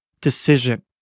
decision